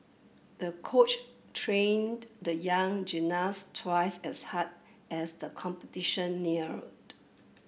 the coach trained the young gymnast twice as hard as the competition neared